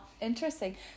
Interesting